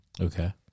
Okay